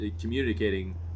communicating